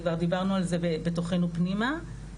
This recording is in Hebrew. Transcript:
וכבר דיברנו על זה בתוכנו פנימה,